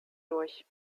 durch